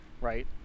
right